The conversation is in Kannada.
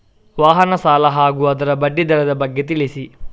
ವಾಹನ ಸಾಲ ಹಾಗೂ ಅದರ ಬಡ್ಡಿ ದರದ ಬಗ್ಗೆ ತಿಳಿಸಿ?